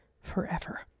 forever